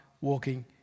walking